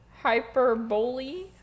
Hyperbole